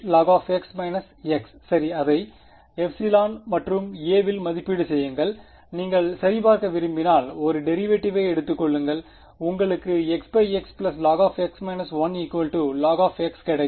xlog x சரி அதை ε மற்றும் a வில் மதிப்பீடு செய்யுங்கள் நீங்கள் சரிபார்க்க விரும்பினால் ஒரு டெரிவேட்டிவை எடுத்துக் கொள்ளுங்கள் உங்களுக்கு x x log 1 log கிடைக்கும்